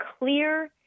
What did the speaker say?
clear